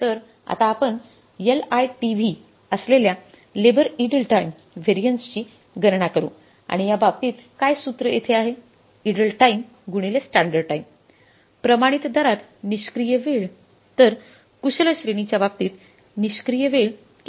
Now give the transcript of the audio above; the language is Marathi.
तर आता आपण LITV असलेल्या लेबर इडल टाईम व्हेरिएन्सची गणना करू आणि या बाबतीत काय सूत्र येथे आहे इडल टाईम गुणिले स्टँडर्ड टाइम प्रमाणित दरात निष्क्रिय वेळ तर कुशल श्रेणीच्या बाबतीत निष्क्रिय वेळ किती आहे